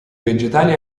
vegetali